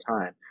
time